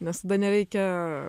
nes tada nereikia